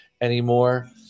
anymore